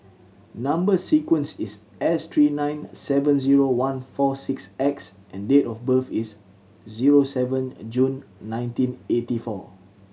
number sequence is S three nine seven zero one four six X and date of birth is zero seven June nineteen eighty four